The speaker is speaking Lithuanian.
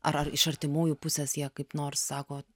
ar ar iš artimųjų pusės jie kaip nors sako